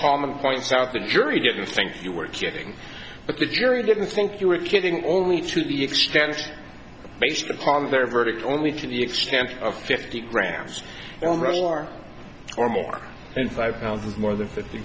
common points out the jury didn't think you were kidding but the jury didn't think you were kidding only to the extent based upon their verdict only to the extent of fifty grams already more or more in five pounds more than fifty